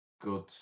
good